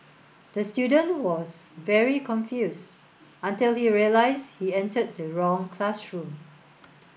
the student was very confused until he realised he entered the wrong classroom